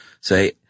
say